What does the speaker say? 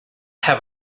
have